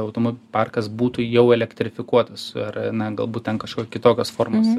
automo parkas būtų jau elektrifikuotas ar na galbūt ten kažkokios kitokios formos